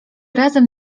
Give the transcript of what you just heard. razem